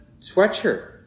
sweatshirt